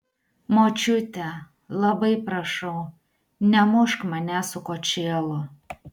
močiute labai prašau nemušk manęs su kočėlu